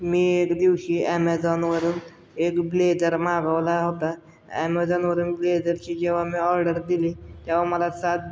मी एक दिवशी ॲमेझॉनवरून एक ब्लेझर मागवला होता ॲमेझॉनवरून ब्लेझरची जेव्हा मी ऑर्डर दिली तेव्हा मला सात